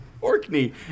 Orkney